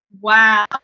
Wow